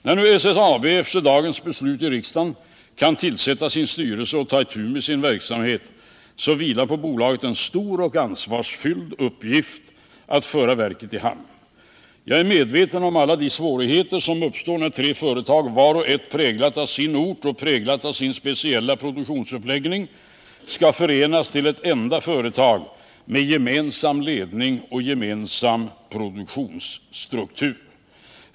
När nu SSAB efter dagens beslut i riksdagen kan tillsätta sin styrelse och ta itu med sin verksamhet, så vilar på bolaget en stor och ansvarsfylld uppgift att föra verket i hamn. Jag är medveten om alla de svårigheter som uppstår när tre företag, vart och ett präglat av sin ort och präglat av sin speciella produktionsuppläggning, skall förenas till ett enda företag med gemensam ledning och gemensam produktionsuppläggning.